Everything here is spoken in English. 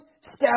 step